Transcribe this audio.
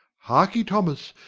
hark'ee, thomas,